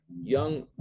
young